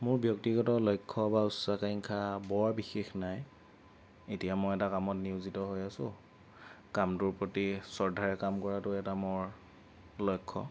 মোৰ ব্যক্তিগত লক্ষ্য বা উচ্চাকাংক্ষা বৰ বিশেষ নাই এতিয়া মই এটা কামত নিয়োজিত হৈ আছোঁ কামটোৰ প্ৰতি শ্ৰদ্ধাৰে কাম কৰাটো এটা মোৰ লক্ষ্য